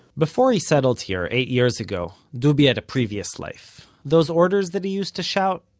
before he settled here, eight years ago, dubi had a previous life. those orders that he used to shout,